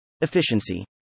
Efficiency